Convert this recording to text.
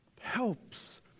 Helps